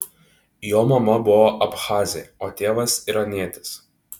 jo mama buvo abchazė o tėvas iranietis